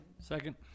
second